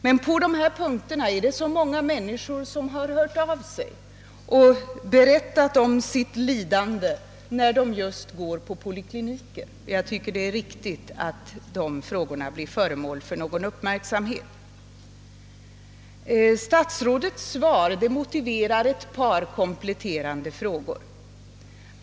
Men beträffande dessa saker har så många människor hört av sig och berättat om sitt lidande när de går till poliklinikerna, att dessa förhållanden väl blir föremål för uppmärksamhet vilket jag tycker är riktigt. Statsrådets svar motiverar några kompletterande frågor.